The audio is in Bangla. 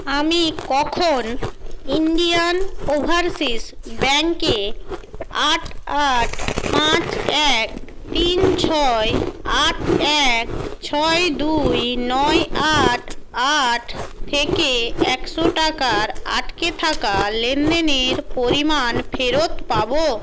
আমি কখন ইণ্ডিয়ান ওভারসীজ ব্যাঙ্কে আট আট পাঁচ এক তিন ছয় আট এক ছয় দুই নয় আট আট থেকে একশো টাকার আটকে থাকা লেনদেনের পরিমাণ ফেরত পাবো